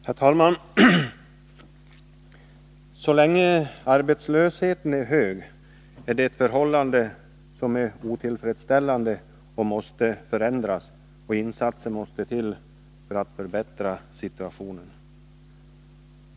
Herr talman! Så länge arbetslösheten är hög är förhållandena otillfredsställande och måste förändras — insatser måste till för att förbättra situationen.